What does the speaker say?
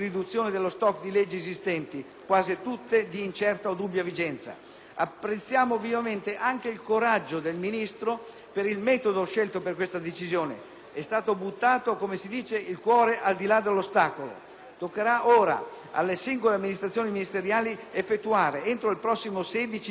Apprezziamo vivamente anche il coraggio del Ministro per il metodo scelto per questa decisione: è stato buttato, come si dice, "il cuore al di là dell'ostacolo". Toccherà ora alle singole amministrazioni ministeriali effettuare entro il prossimo 16 dicembre un ultimo esame di questo enorme numero di atti normativi primari,